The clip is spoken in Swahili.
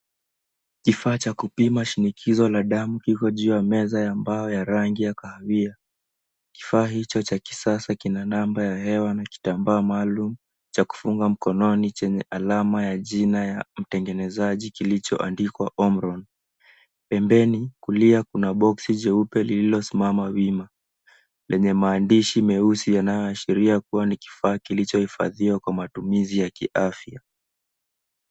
Kifaa cha kupima shinikizo la damu kiko juu ya meza ya mbao ya rangi ya kahawia. Kifaa hicho cha kisasa kina namba ya hewa na kitambaa maalum cha kufunga mkononi chenye alama ya jina ya mtengenezaji kilichoandikwa Omron. Pembeni kulia kuna boksi jeupe lililosimama wima lenye maandishi meusi yanayoashiria kuwa ni kifaa kilichohifadhiwa kwa matumizi ya kiafya.